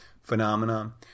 phenomenon